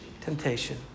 temptation